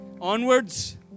onwards